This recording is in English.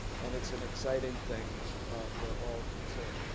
and it's an exciting thing for all concerned.